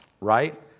right